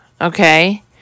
okay